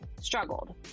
struggled